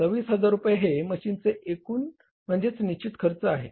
26000 रुपये हे मशीनचे एकूण खर्च म्हणजेच निश्चित खर्च आहे